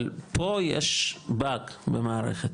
אבל פה יש באג במערכת,